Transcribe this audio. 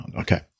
Okay